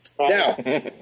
Now